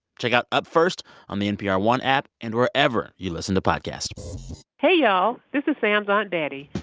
check out up first on the npr one app and wherever you listen to podcasts hey, y'all. this is sam's aunt betty.